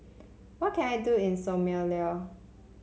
what can I do in Somalia